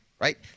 right